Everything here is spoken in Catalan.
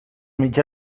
mitjà